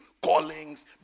callings